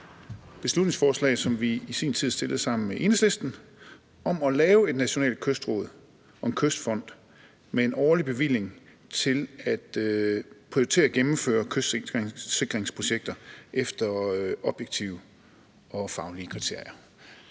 beslutningsforslag, som vi i sin tid fremsatte sammen med Enhedslisten, om at lave et nationalt kystråd og en kystfond med en årlig bevilling til at prioritere at gennemføre kystsikringsprojekter efter objektive og faglige kriterier.